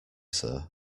sir